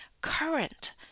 current